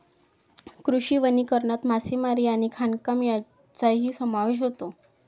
कृषी वनीकरणात मासेमारी आणि खाणकाम यांचाही समावेश होतो